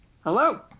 Hello